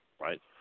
Right